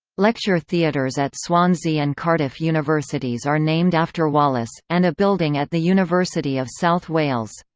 lecture theatres at swansea and cardiff universities are named after wallace, and a building at the university of south wales.